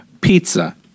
pizza